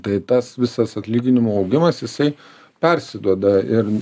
tai tas visas atlyginimų augimas jisai persiduoda ir